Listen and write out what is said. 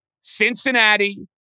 Cincinnati